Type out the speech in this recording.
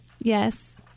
Yes